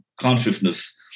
consciousness